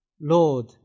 Lord